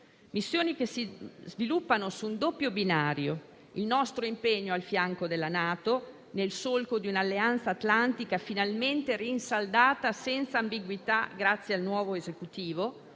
Esse si sviluppano su un doppio binario: il nostro impegno al fianco della NATO, nel solco di un'Alleanza atlantica finalmente rinsaldata senza ambiguità, grazie al nuovo Esecutivo,